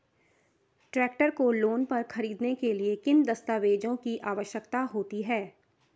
Tractor को loan पर खरीदने के लिए किन दस्तावेज़ों की आवश्यकता होती है?